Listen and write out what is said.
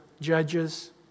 Judges